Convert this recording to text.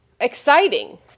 exciting